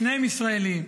שתיהן ישראליות.